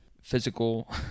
Physical